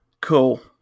Cool